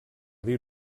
dir